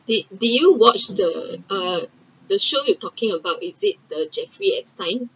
did did you watched the uh the show you’re talking about is it the jack free ex time